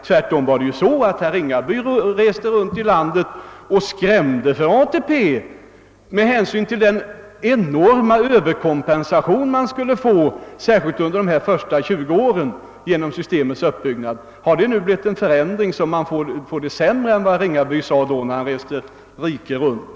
Herr Ringaby reste runt i landet och skrämde för ATP med anledning av den enorma Ööverkompensation man skulle få, särskilt under de första 20 åren, på grund av systemets uppbyggnad. Har det nu blivit en förändring så att man får det sämre än vad herr Ringaby sade när han reste riket runt?